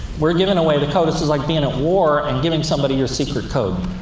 we're giving away the code. this is like being at war and giving somebody your secret code.